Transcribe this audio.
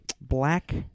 Black